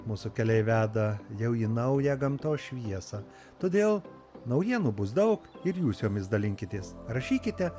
mūsų keliai veda jau į naują gamtos šviesą todėl naujienų bus daug ir jūs jomis dalinkitės rašykite